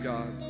God